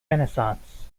renaissance